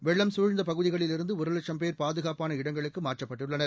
வெள்ளம் சூழ்ந்த பகுதிகளில் இருந்து ஒரு லட்சம் பேர் பாதுகாப்பான இடங்களுக்கு மாற்றப்பட்டுள்ளனர்